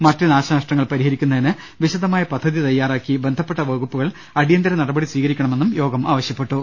മറ്റു നാശനഷ്ടങ്ങൾ പരിഹരിക്കുന്നതിന് വിശദമായ പദ്ധതികൾ തയ്യാറാക്കി ബന്ധപ്പെട്ട വകുപ്പുകൾ അടിയന്തര നടപടി സ്വീകരിക്കണമെന്ന് യോഗം ആവശ്യപ്പെട്ടു